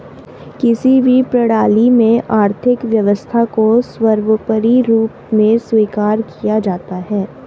किसी भी प्रणाली में आर्थिक व्यवस्था को सर्वोपरी रूप में स्वीकार किया जाता है